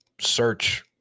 search